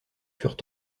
furent